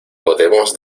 podemos